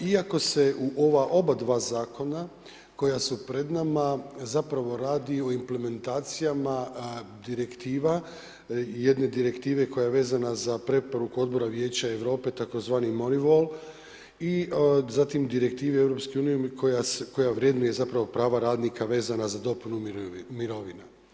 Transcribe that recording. Iako se u ova oba dva zakona, koja su pred nama, zapravo radi o implementacijama direktiva, jedne direktive, koja je vezana za preporuku Odbora vijeća Europe, tzv. … i zatim direktive EU, koja vrednuje prava radnika, vezana za dopunu mirovinu.